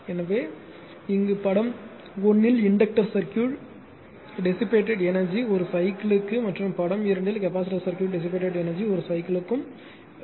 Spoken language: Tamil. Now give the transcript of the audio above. எனவே இங்கு படம் 1 இல் இன்டக்டர் சர்க்யூட் டிசிபேடெட் எனர்ஜி ஒரு சைக்கிள் க்கு மற்றும் படம் 2ல் கெபாசிட்டர் சர்க்யூட் டிசிபேடெட் எனர்ஜி ஒரு சைக்கிள் க்கும் உள்ளது